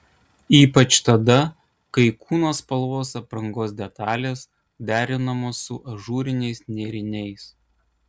ypač tada kai kūno spalvos aprangos detalės derinamos su ažūriniais nėriniais